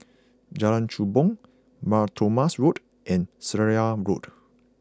Jalan Kechubong Mar Thoma Road and Seraya Road